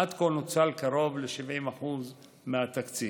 עד כה נוצלו קרוב ל-70% מהתקציב.